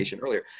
earlier